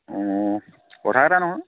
অ' কথা এটা নহয়